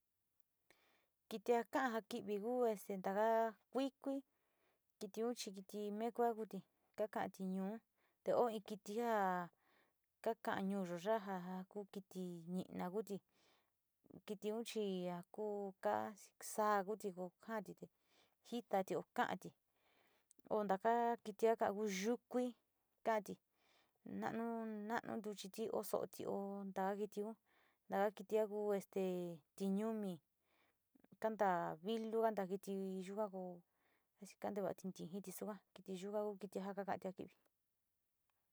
Kiti ha kan njan kiví u este xangua kuii kuii tiki uchí tiki mekua utí ka'a kiti ño'o te ho iki nga ka'a kan ño'o yo yanga ka kuti ñé, naguti ti unchiá uu xa'a nguti njo andité yitati ho kanti ho iki ndaka'a kiti akán uyukuii kaí nanuu nruichi ti oso ti ó nranguitió, ndatianguu este ti'ñomi tanda vilu tanda vití iyunguao este ndava kiti xo'ó kua tiki yuaó tiki njakan kantia kivii.